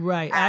Right